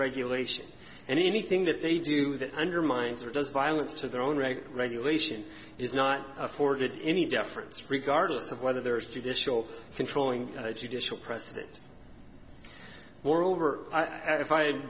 regulation and anything that they do that undermines or does violence to their own regulation is not accorded any deference regardless of whether there is judicial controlling judicial precedent moreover if i had